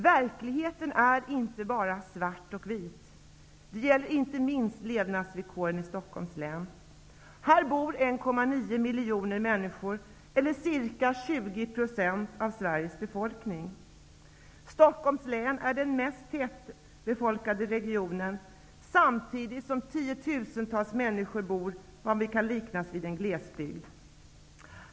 Verkligheten är inte bara svart och vit. Det gäller inte minst levnadsvillkoren i Stockholms län. Här bor 1,9 miljoner människor, eller ca 20 % av Sveriges befolkning. Stockholms län är den mest tätbefolkade regionen, samtidigt som tiotusentals människor bor i vad som kan liknas vid en glesbygd.